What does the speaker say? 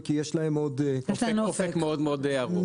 כי יש להן עוד --- אופק מאוד-מאוד ארוך.